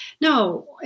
No